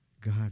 God